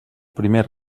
primer